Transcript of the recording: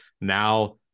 now